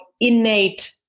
innate